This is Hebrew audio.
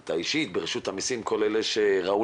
אתה אישית ברשות המסים וכל אלה שראו